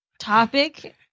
topic